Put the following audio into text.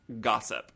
gossip